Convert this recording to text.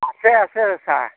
আছে আছে আছা